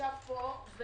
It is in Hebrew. ישב פה והבטיח,